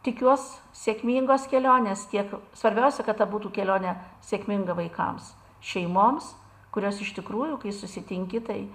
tikiuos sėkmingos kelionės tiek svarbiausia kad ta būtų kelionė sėkminga vaikams šeimoms kurios iš tikrųjų kai susitinki tai